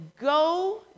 Go